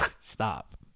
Stop